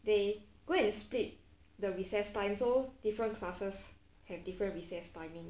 they go and split the recess time so different classes have different recess timing